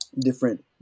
different